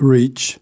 Reach